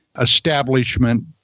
establishment